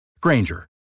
Granger